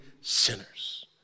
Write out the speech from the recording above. sinners